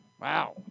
Wow